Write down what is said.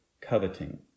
coveting